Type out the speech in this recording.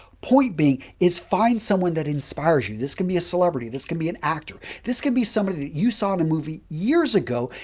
point being is find someone that inspires you. this can be a celebrity, this can be an actor. this can be somebody that you saw in a movie years ago.